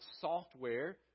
software